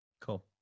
cool